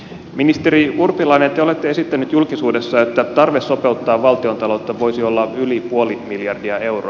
ministeri urpilainen te olette esittänyt julkisuudessa että tarve sopeuttaa valtiontaloutta voisi olla yli puoli miljardia euroa